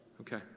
okay